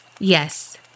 Yes